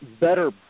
better